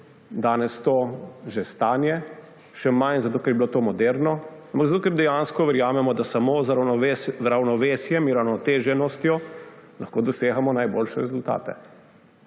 danes to že stanje, še manj zato, ker bi bilo to moderno, ampak zato, ker dejansko verjamemo, da samo z ravnovesjem in uravnoteženostjo lahko dosegamo najboljše rezultate,